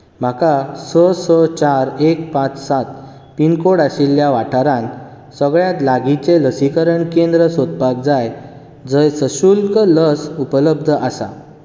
म्हाका स स चार एक पांच सात पिनकोड आशिल्ल्या वाठारांत सगळ्यांत लागींचें लसीकरण केंद्र सोदपाक जाय जंय सशुल्क लस उपलब्ध आसा